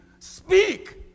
Speak